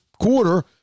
quarter